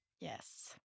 Yes